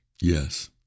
Yes